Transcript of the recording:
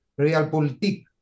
realpolitik